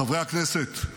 חברי הכנסת,